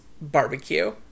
barbecue